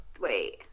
Wait